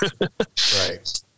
Right